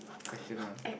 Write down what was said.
question one